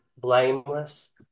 blameless